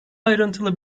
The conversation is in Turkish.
ayrıntılı